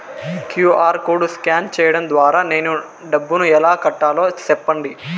QR code scan సేయడం ద్వారా నేను డబ్బును ఎలా కట్టాలో సెప్పండి?